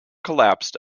collapsed